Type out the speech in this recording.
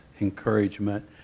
encouragement